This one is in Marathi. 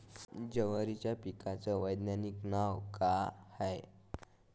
जवारीच्या पिकाचं वैधानिक नाव का हाये?